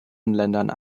länder